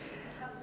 גברתי, סליחה.